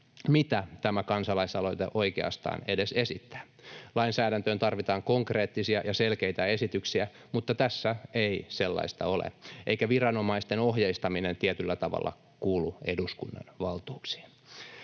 mitä tämä kansalaisaloite oikeastaan edes esittää. Lainsäädäntöön tarvitaan konkreettisia ja selkeitä esityksiä, mutta tässä ei sellaista ole, eikä viranomaisten ohjeistaminen tietyllä tavalla kuulu eduskunnan valtuuksiin.